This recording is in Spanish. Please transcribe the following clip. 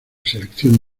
selección